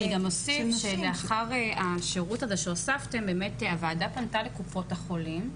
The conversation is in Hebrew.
נוסיף שלאחר השירות הזה שהוספתם הוועדה פנתה לקופות החולים.